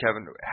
Kevin –